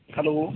hello